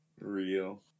Real